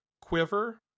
Quiver